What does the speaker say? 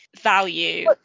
value